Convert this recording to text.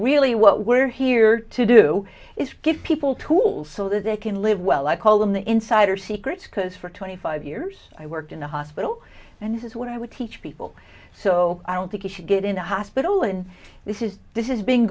really what we're here to do is give people toll so that they can live well i call them the insider secrets because for twenty five years i worked in a hospital and what i would teach people so i don't think you should get in a hospital and this is this is be